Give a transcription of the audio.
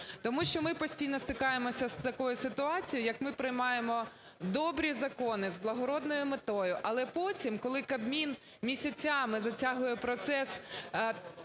Тому що ми постійно стикаємося з такою ситуацією, як ми приймаємо добрі закони з благородною метою, але потім, коли Кабмін місяцями затягує процес